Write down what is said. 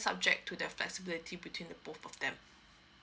subject to the flexibility between the both of them